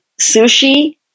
sushi